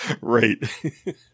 Right